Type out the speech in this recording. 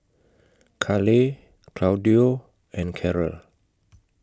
Kale Claudio and Karel